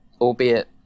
albeit